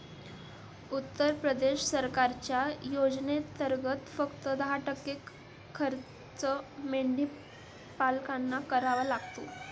उत्तर प्रदेश सरकारच्या योजनेंतर्गत, फक्त दहा टक्के खर्च मेंढीपालकांना करावा लागतो